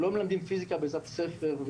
לא מלמדים פיזיקה בעזרת ספר,